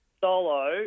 Solo